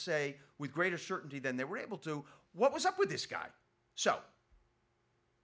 say with greater certainty than they were able to what was up with this guy so